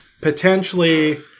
potentially